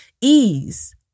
Ease